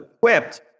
equipped